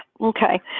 Okay